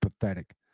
pathetic